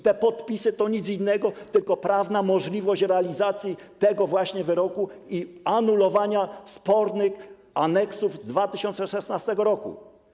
Te podpisy to nic innego niż prawna możliwość realizacji tego właśnie wyroku i anulowania spornych aneksów z 2016 r.